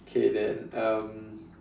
okay then um